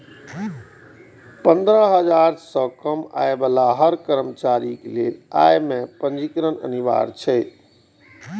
पंद्रह हजार सं कम आय बला हर कर्मचारी लेल अय मे पंजीकरण अनिवार्य छै